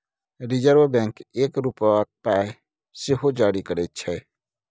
reserve bank एक रुपाक पाइ सेहो जारी करय छै